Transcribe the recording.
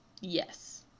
Yes